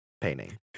painting